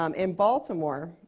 um in baltimore.